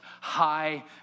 High